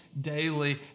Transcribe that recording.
daily